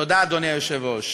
תודה, אדוני היושב-ראש.